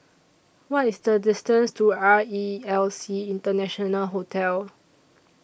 What IS The distance to R E L C International Hotel